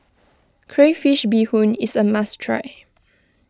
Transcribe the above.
Crayfish BeeHoon is a must try